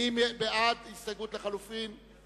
אני קובע שסעיף 135 עבר לפי נוסח הוועדה.